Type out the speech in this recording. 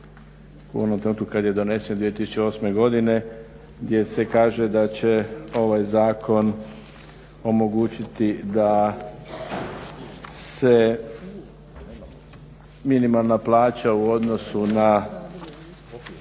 u onom trenutku kad je donesen 2008. godine gdje se kaže da će ovaj zakon omogućiti da se minimalna plaća u odnosu na